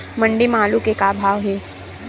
मंडी म आलू के का भाव हे?